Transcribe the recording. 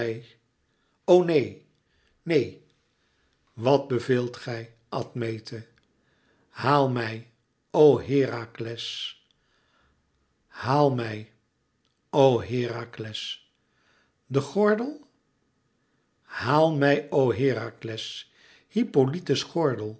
o neen neen wat beveelt gij admete haal mij o herakles haal mij o herakles den gordel haal mij o herakles hippolyte's gordel